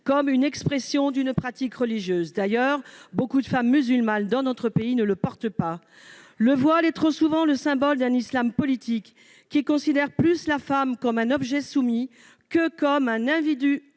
que l'expression d'une pratique religieuse. D'ailleurs, beaucoup de femmes musulmanes, dans notre pays, ne le portent pas. Le voile est trop souvent le symbole d'un islam politique, qui considère la femme comme un « objet soumis » plus que comme un « individu